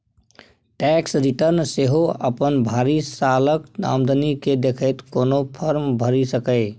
tax return सेहो अपन भरि सालक आमदनी केँ देखैत कोनो फर्म भरि सकैए